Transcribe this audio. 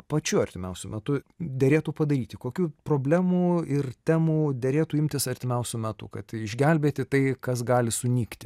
pačiu artimiausiu metu derėtų padaryti kokių problemų ir temų derėtų imtis artimiausiu metu kad išgelbėti tai kas gali sunykti